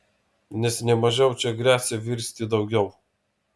nes ne mažiau čia gresia virsti daugiau